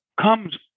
comes